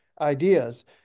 ideas